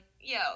yo